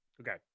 Okay